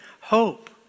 hope